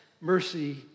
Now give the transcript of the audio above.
mercy